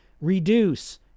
Reduce